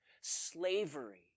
Slavery